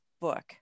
Book